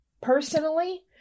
personally